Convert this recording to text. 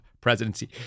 presidency